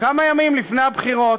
כמה ימים לפני הבחירות.